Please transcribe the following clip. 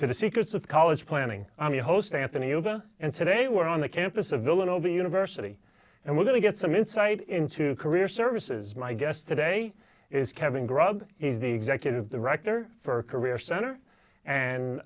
to the secrets of college planning on the host anthony and today we're on the campus of villanova university and we're going to get some insight into career services my guest today is kevin grug is the executive director for career center